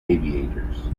aviators